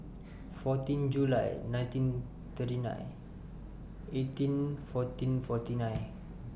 fourteen July nineteen thirty nine eighteen fourteen forty nine